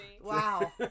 Wow